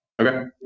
Okay